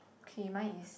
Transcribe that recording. okay mine is